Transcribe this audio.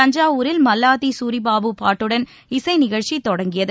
தஞ்சாவூரில் மல்லாதி சூரிபாபு பாட்டுடன் இசை நிகழ்ச்சி தொடங்கியது